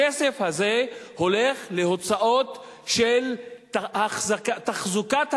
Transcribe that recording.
הכסף הזה הולך להוצאות של תחזוקת הכיבוש.